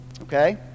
okay